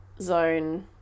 zone